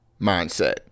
mindset